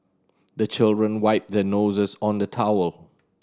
the children wipe their noses on the towel